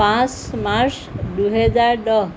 পাঁচ মাৰ্চ দুহেজাৰ দহ